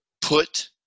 put